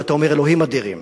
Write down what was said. ואומר: אלוהים אדירים,